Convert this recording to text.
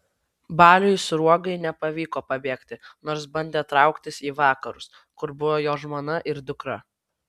baliui sruogai nepavyko pabėgti nors bandė trauktis į vakarus kur buvo jo žmona ir dukra